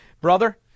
Brother